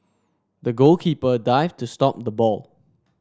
the goalkeeper dived to stop the ball